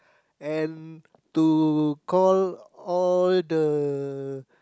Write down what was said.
and to call all the